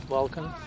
Welcome